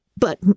But